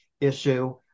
issue